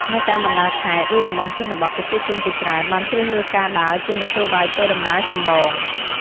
នៅតាមបណ្តាខេត្ត ឬតំបន់ជនបទ ប្រជាជនជាច្រើនបានជ្រើសរើសការដើរជាមធ្យោបាយធ្វើដំណើរចម្បង។